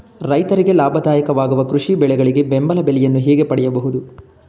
ರೈತರಿಗೆ ಲಾಭದಾಯಕ ವಾಗುವ ಕೃಷಿ ಬೆಳೆಗಳಿಗೆ ಬೆಂಬಲ ಬೆಲೆಯನ್ನು ಹೇಗೆ ಪಡೆಯಬಹುದು?